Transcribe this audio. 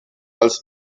als